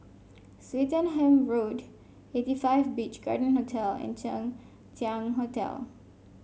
Swettenham Road Eighty Five Beach Garden Hotel and Chang Ziang Hotel